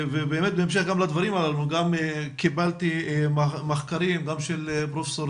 בהמשך לדברים האלה גם קיבלתי מחקרים של פרופ'